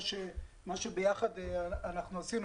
מה שביחד אנחנו עשינו,